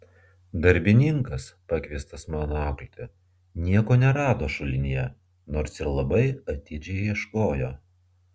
darbininkas pakviestas mano auklėtojo nieko nerado šulinyje nors ir labai atidžiai ieškojo